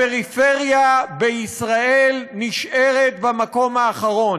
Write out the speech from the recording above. הפריפריה בישראל נשארת במקום האחרון.